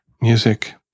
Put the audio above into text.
Music